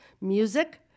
music